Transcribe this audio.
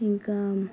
ఇంకా